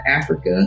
Africa